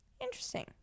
interesting